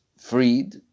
freed